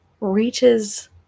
reaches